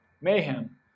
mayhem